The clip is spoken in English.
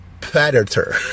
predator